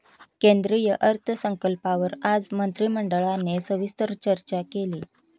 केंद्रीय अर्थसंकल्पावर आज मंत्रिमंडळाने सविस्तर चर्चा केली